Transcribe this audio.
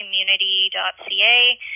community.ca